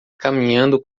caminhando